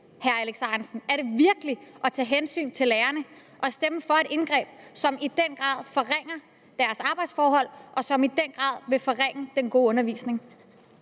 Ahrendtsen, at tage hensyn til lærerne at stemme for et indgreb, som i den grad forringer deres arbejdsforhold, og som i den grad vil forringe den gode undervisning?